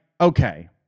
okay